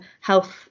health